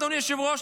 אדוני היושב-ראש,